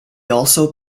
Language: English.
also